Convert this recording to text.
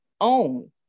own